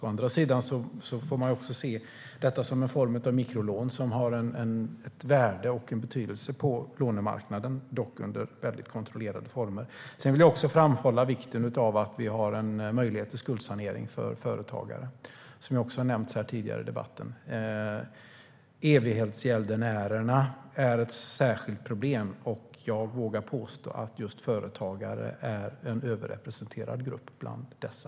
Å andra sidan får man se detta som en form av mikrolån som har ett värde och en betydelse på lånemarknaden, dock under kontrollerade former. Jag vill framhålla vikten av att vi har möjlighet till skuldsanering för företagare, som har nämnts här tidigare i debatten. Evighetsgäldenärerna är ett särskilt problem, och jag vågar påstå att just företagare är en överrepresenterad grupp bland dessa.